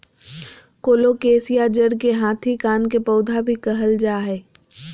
colocasia जड़ के हाथी कान के पौधा भी कहल जा हई